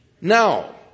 Now